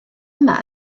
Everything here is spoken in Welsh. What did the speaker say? yma